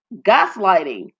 gaslighting